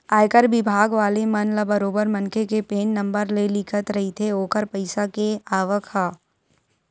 आयकर बिभाग वाले मन ल बरोबर मनखे के पेन नंबर ले दिखत रहिथे ओखर पइसा के आवक ह